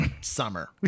summer